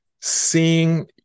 seeing